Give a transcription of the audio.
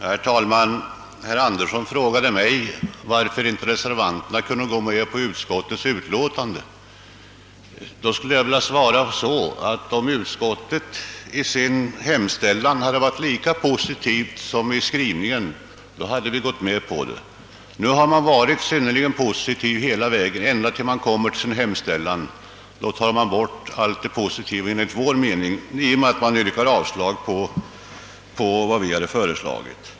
Herr talman! Herr Andersson i Essvik frågade mig varför inte reservanterna kunde gå med på utskottets förslag. Jag skulle vilja svara att om utskottet i sin hemställan hade varit lika positivt som i skrivningen hade vi accepterat. Nu har man varit positiv ända tills man kommit fram till hemställan där man enligt vår åsikt tagit bort allt positivt genom att yrka avslag på vad vi föreslagit.